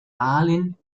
aalen